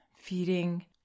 feeding